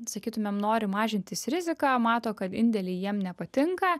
sakytumėm nori mažintis riziką mato kad indėliai jiem nepatinka